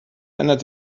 ändert